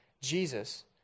Jesus